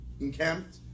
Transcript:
encamped